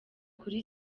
kuri